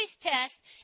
test